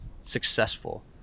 successful